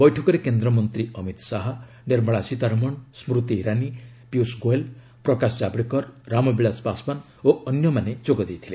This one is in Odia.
ବୈଠକରେ କେନ୍ଦ୍ରମନ୍ତ୍ରୀ ଅମିତ ଶାହା ନିର୍ମଳା ସୀତାରମଣ ସ୍ଚତି ଇରାନୀ ପୀୟଷ ଗୋଏଲ ପ୍ରକାଶ ଜାବଡେକର ରାମବିଳାଶ ପାଶଓ୍ୱାନ ଓ ଅନ୍ୟମାନେ ଯୋଗ ଦେଇଥିଲେ